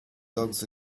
dogs